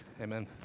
Amen